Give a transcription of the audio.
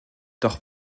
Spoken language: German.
doch